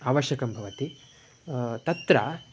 आवश्यकं भवति तत्र